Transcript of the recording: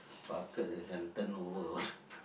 bucket you can turn over